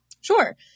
Sure